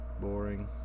Boring